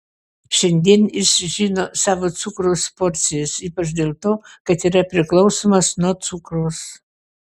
šiandien jis žino savo cukraus porcijas ypač dėl to kad yra priklausomas nuo cukraus